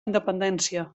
independència